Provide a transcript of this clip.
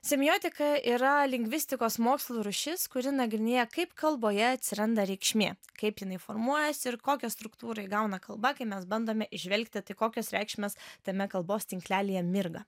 semiotika yra lingvistikos mokslų rūšis kuri nagrinėja kaip kalboje atsiranda reikšmė kaip jinai formuojasi ir kokią struktūrą įgauna kalba kai mes bandome įžvelgti tai kokios reikšmės tame kalbos tinklelyje mirga